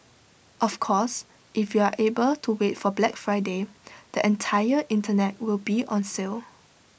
of course if you are able to wait for Black Friday the entire Internet will be on sale